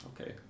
okay